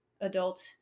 adult